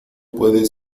puede